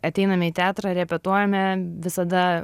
ateiname į teatrą repetuojame visada